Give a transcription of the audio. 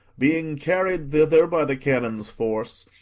being carried thither by the cannon's force,